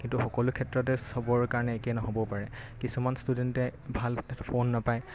কিন্তু সকলো ক্ষেত্ৰতে সবৰ কাৰণে একে নহ'বও পাৰে কিছুমান ষ্টুডেণ্টে ভাল এটা ফোন নাপায়